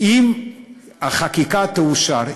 אם החקיקה תאושר.